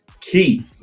key